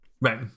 right